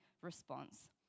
response